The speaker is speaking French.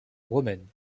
romaine